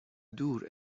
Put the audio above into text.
دور